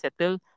settle